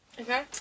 Okay